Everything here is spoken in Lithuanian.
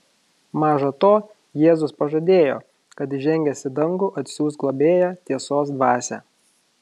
maža to jėzus pažadėjo kad įžengęs į dangų atsiųs globėją tiesos dvasią